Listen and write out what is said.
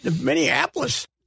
Minneapolis